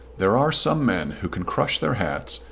there are some men who can crush their hats,